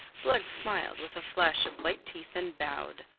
blood smiled with a flash of white teeth, and bowed.